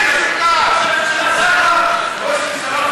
אדוני.